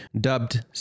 dubbed